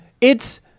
it's-